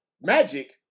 Magic